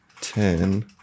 ten